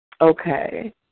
okay